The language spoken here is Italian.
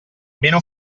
meno